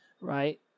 right